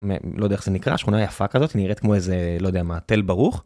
לא יודע איך זה נקרא, שכונה יפה כזאת, נראית כמו איזה, לא יודע מה, תל ברוך.